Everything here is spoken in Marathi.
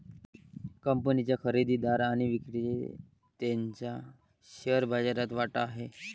कंपनीच्या खरेदीदार आणि विक्रेत्याचा शेअर बाजारात वाटा आहे